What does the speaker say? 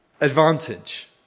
advantage